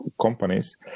companies